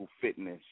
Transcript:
fitness